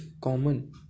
common